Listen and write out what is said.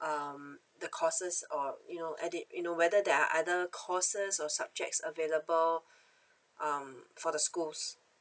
um the courses or you know addit~ you know whether there are other courses or subjects available um for the schools